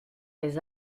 les